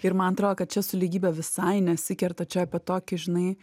ir man atrodo kad čia su lygybe visai nesikerta čia apie tokį žinai